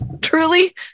truly